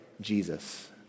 Jesus